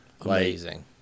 Amazing